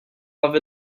love